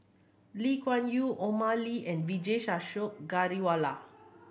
Lee Kuan Yew Omar Ali and Vijesh Ashok Ghariwala